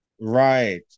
Right